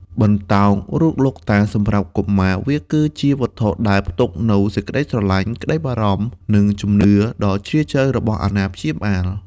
បន្តោងរូបលោកតាសម្រាប់កុមារវាគឺជាវត្ថុដែលផ្ទុកនូវក្តីស្រឡាញ់ ក្តីបារម្ភ និងជំនឿដ៏ជ្រាលជ្រៅរបស់អាណាព្យាបាល។